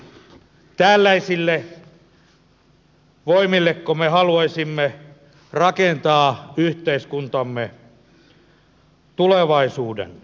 tällaisilleko voimille me haluaisimme rakentaa yhteiskuntamme tulevaisuuden